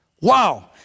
Wow